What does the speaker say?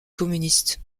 communiste